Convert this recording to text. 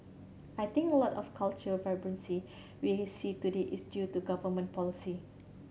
I think a lot of the cultural vibrancy we see today is due to government policy